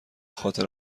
خاطر